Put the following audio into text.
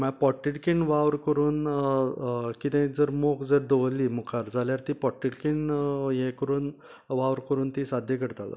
म्हळ्यार पोडतिडकीन वावर करून कितेंय जर मोख जर दवरली मुखार जाल्यार ती पोटतिडकीन हे करून वावर करून ती साद्य करतालो